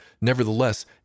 Nevertheless